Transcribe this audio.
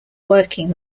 working